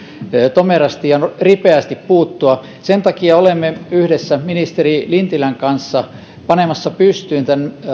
tomerasti ja ripeästi puuttua sen takia olemme yhdessä ministeri lintilän kanssa panemassa pystyyn tämän